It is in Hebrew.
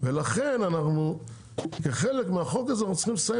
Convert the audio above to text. ולכן אנחנו כחלק מהחוק הזה אנחנו צריכים לסיים